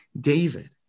David